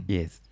Yes